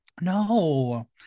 No